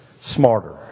smarter